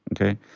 Okay